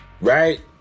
Right